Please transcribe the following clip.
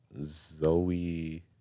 Zoe